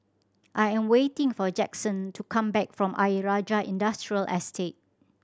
I am waiting for Jaxon to come back from Ayer Rajah Industrial Estate